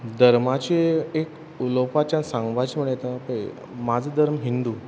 धर्माचें एक उलोवपाच्या सांगपाचें म्हळ्या आतां पय म्हाज धर्म हिंदू